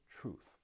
truth